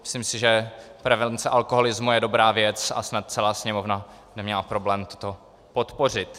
Myslím si, že prevence alkoholismu je dobrá věc a snad celá Sněmovna by neměla problém toto podpořit.